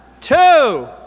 two